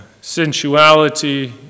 sensuality